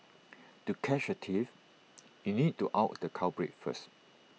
to catch A thief you need to out the culprit first